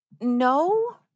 no